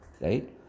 right